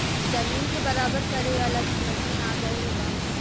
जमीन के बराबर करे वाला भी मशीन आ गएल बा